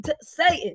Satan